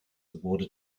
awarded